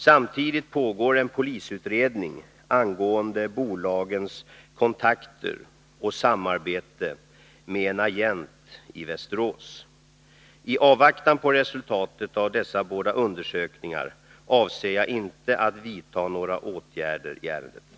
Samtidigt pågår en polisutredning angående bolagens kontakter och samarbete med en agent i Västerås. I avvaktan på resultatet av dessa båda undersökningar avser jag inte att vidta några åtgärder i ärendet.